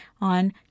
on